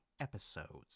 episodes